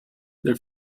their